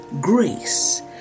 Grace